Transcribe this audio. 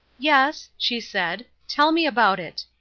yes, she said, tell me about it.